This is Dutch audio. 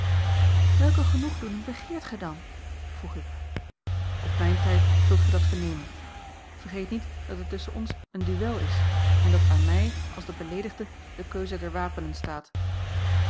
welke genoegdoening begeert gij dan vroeg ik op mijn tijd zult gij dat vernemen vergeet niet dat het tusschen ons een duel is en dat aan mij als den beleedigde de keuze der wapenen staat